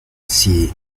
sea